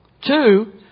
Two